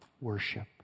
worship